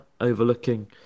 overlooking